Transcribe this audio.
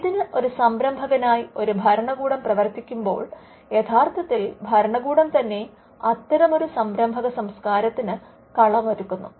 ഇതിന് ഒരു സംരംഭകനായി ഒരു ഭരണകൂടം പ്രവർത്തിക്കുമ്പോൾ യഥാർത്ഥത്തിൽ ഭരണകൂടം തന്നെ അത്തരമൊരു സംരംഭക സംസ്കാരത്തിന് കളമൊരുക്കുന്നു